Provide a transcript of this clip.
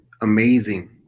amazing